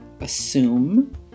assume